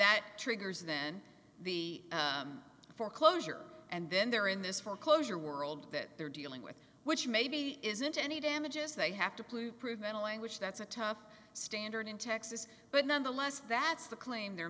that triggers then the foreclosure and then they're in this foreclosure world that they're dealing with which maybe isn't any damages they have to pollute prove metalanguage that's a tough standard in texas but nonetheless that's the claim they're